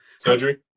Surgery